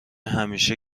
همیشه